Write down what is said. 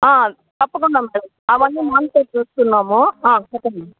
తప్పకుండా మేడమ్ అవన్నీ మానిటర్ చేస్తున్నాము చెప్పండి మేడమ్